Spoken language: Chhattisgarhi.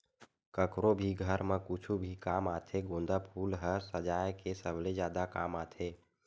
कखरो भी घर म कुछु भी काम आथे गोंदा फूल ह सजाय के सबले जादा काम आथे